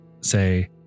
say